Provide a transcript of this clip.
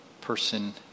person